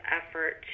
effort